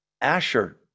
Asher